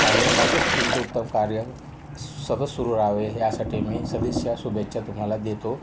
आणि असेच तुमचं उत्तम कार्य सतत सुरू रहावे यासाठी मी सदिच्छा शुभेच्छा तुम्हाला देतो